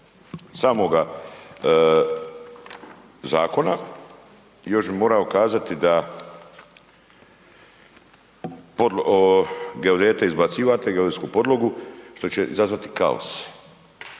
samoga Zakona, još bi morao kazati da geodete izbacivate, geodetsku podlogu što će izazvati kaos.